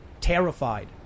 terrified